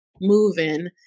moving